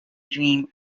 dream